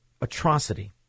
atrocity